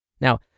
Now